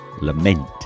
Lament